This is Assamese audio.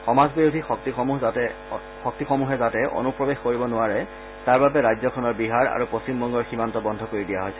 সমাজ বিৰোধী শক্তিসমূহ যাতে অনুপ্ৰৱেশ কৰিব নোৱাৰে তাৰ বাবে ৰাজ্যখনৰ বিহাৰ আৰু পশ্চিমবংগৰ সীমান্ত বন্ধ কৰি দিয়া হৈছে